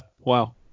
wow